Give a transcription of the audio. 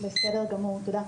בסדר גמור, תודה.